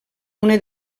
una